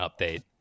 update